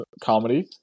comedy